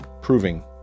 proving